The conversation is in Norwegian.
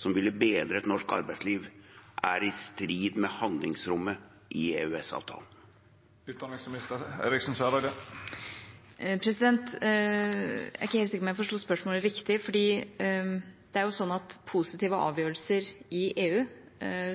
som ville bedret norsk arbeidsliv, er i strid med handlingsrommet i EØS-avtalen? Jeg er ikke helt sikker på om jeg forsto spørsmålet riktig, for det er jo sånn at positive avgjørelser i EU